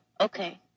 Okay